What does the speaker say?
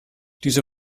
diese